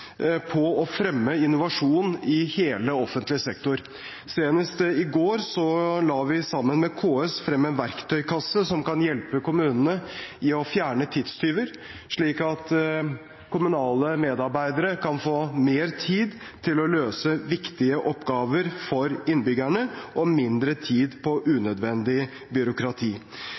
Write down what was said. på å fremme innovasjon i hele offentlig sektor. Senest i går la vi sammen med KS frem en verktøykasse som kan hjelpe kommunene med å fjerne tidstyver, slik at kommunale medarbeidere kan få mer tid til å løse viktige oppgaver for innbyggerne og bruke mindre tid på unødvendig byråkrati.